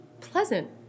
pleasant